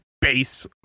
base